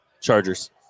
Chargers